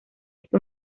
esta